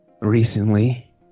Recently